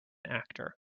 actor